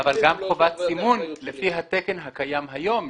אבל גם חובת סימון לפי התקן הקיים היום,